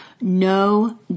No